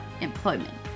employment